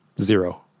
Zero